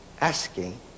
asking